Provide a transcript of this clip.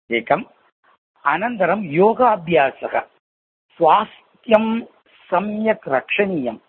एकम् अनन्तरं योगाभ्यासः स्वास्थ्यं सम्यक् रक्षणीयम्